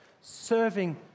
Serving